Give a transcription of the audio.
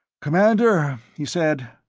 commander, he said,